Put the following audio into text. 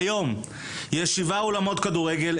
היום יש שבעה אולמות כדורגל,